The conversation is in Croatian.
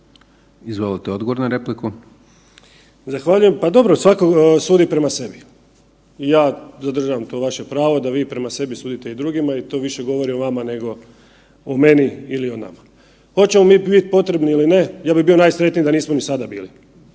**Čuraj, Stjepan (HNS)** Zahvaljujem. Pa dobro, svako sudi prema sebi i ja zadržavam to vaše pravo da vi prema sebi sudite i drugima i to više govori o vama nego o meni ili o nama. Hoćemo mi biti potrebni ili ne, ja bi bio najsretniji da nismo ni sada bili,